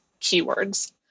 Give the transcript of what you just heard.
keywords